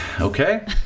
Okay